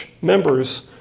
members